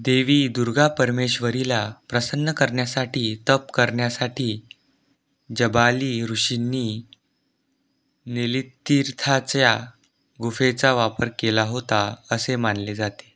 देवी दुर्गा परमेश्वरीला प्रसन्न करण्यासाठी तप करण्यासाठी जबाली ऋषींनी नेल्लीतीर्थच्या गुंफेचा वापर केला होता असे मानले जाते